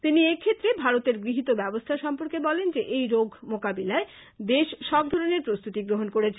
তিনি এক্ষেত্রে ভারতের গৃহীত ব্যবস্থা সম্পর্কে বলেন যে এই রোগ মোকাবিলায় দেশ সবধরনের প্রস্তুতি গ্রহন করেছে